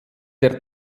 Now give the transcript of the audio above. der